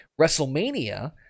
WrestleMania